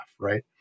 Right